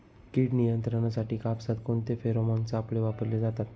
कीड नियंत्रणासाठी कापसात कोणते फेरोमोन सापळे वापरले जातात?